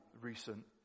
recent